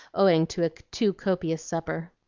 owing to a too copious supper.